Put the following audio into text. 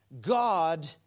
God